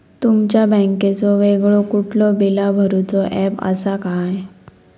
तुमच्या बँकेचो वेगळो कुठलो बिला भरूचो ऍप असा काय?